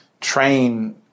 train